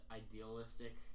idealistic